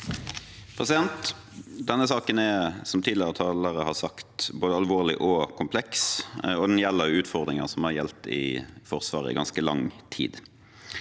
leder): Denne saken er, som tidligere talere har sagt, både alvorlig og kompleks, og den gjelder utfordringer som har gjeldt i Forsvaret i ganske lang tid.